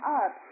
up